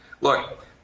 Look